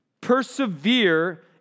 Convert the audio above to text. persevere